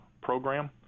Program